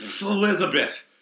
Elizabeth